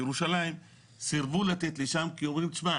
בירושלים סירבו לתת לי שם כי אמרו לי 'תשמע,